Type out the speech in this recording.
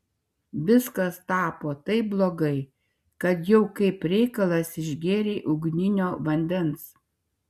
viskas tapo taip blogai kad jau kaip reikalas išgėrei ugninio vandens